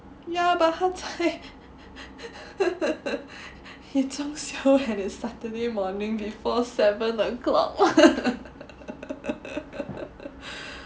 ya but he he 装修 on saturday morning eh before seven o'clock